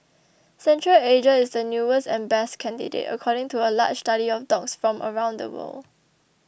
Central Asia is the newest and best candidate according to a large study of dogs from around the world